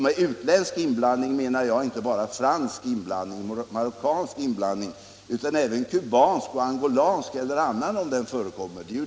Med utländsk inblandning menar jag inte bara fransk eller marockansk inblandning, utan även kubansk, angolansk eller annan sådan, om den förekommer.